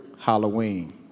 Halloween